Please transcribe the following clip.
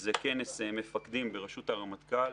זה כנס מפקדים בראשות הרמטכ"ל.